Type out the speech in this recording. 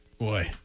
Boy